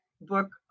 book